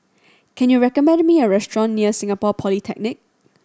can you recommend me a restaurant near Singapore Polytechnic